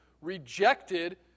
rejected